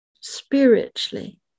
spiritually